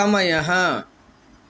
समयः